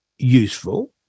useful